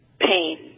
Pain